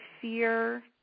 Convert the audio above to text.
fear